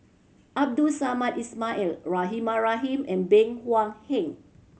Abdul Samad Ismail Rahimah Rahim and Bey Hua Heng